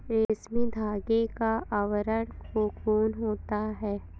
रेशमी धागे का आवरण कोकून होता है